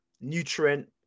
nutrient